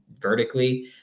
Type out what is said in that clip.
vertically